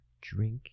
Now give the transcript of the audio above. drink